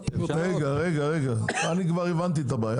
אני כבר הבנתי את הבעיה.